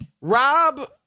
Rob